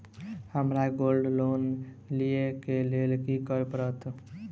हमरा gold loan लिय केँ लेल की करऽ पड़त?